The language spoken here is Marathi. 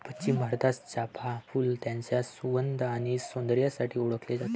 पश्चिम भारतात, चाफ़ा फूल त्याच्या सुगंध आणि सौंदर्यासाठी ओळखले जाते